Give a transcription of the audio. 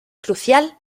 crucial